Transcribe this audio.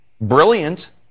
brilliant